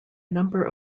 number